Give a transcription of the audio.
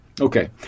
Okay